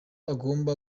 agomba